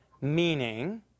meaning